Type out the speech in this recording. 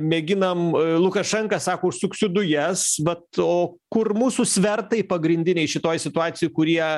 mėginam lukašenka sako užsuksiu dujas vat o kur mūsų svertai pagrindiniai šitoj situacijoj kurie